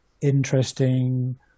interesting